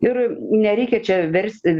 ir nereikia čia versti